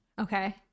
Okay